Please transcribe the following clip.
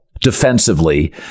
defensively